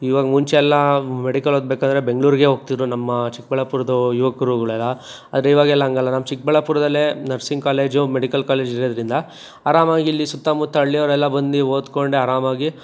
ಇವಾಗ ಮುಂಚೆ ಎಲ್ಲ ಮೆಡಿಕಲ್ ಓದಬೇಕಾದ್ರೆ ಬೆಂಗಳೂರಿಗೆ ಹೋಗ್ತಿದ್ರು ನಮ್ಮ ಚಿಕ್ಕಬಳ್ಳಾಪುರದ ಯುವಕರುಗಳೆಲ್ಲ ಆದರೆ ಇವಾಗೆಲ್ಲ ಹಂಗಲ್ಲ ನಮ್ಮ ಚಿಕ್ಕಬಳ್ಳಾಪುರದಲ್ಲೇ ನರ್ಸಿಂಗ್ ಕಾಲೇಜು ಮೆಡಿಕಲ್ ಕಾಲೇಜು ಇರೋದರಿಂದ ಆರಾಮಾಗಿಲ್ಲಿ ಸುತ್ತಮುತ್ತ ಹಳ್ಳಿಯವರೆಲ್ಲ ಬಂದು ಓದ್ಕೊಂಡು ಆರಾಮಾಗಿ